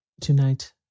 Tonight